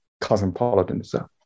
cosmopolitanism